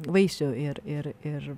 vaisių ir ir ir